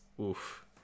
oof